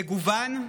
מגוון,